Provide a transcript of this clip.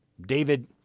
David